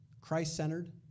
Christ-centered